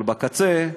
אבל בקצה,